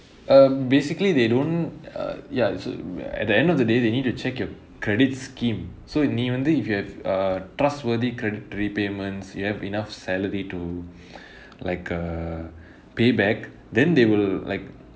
um basically they don't ah ya so at the end of the day they need to check your credit scheme so நீ வந்து:nee vanthu if you have uh trustworthy credit repayments you have enough salary to like uh pay back then they will like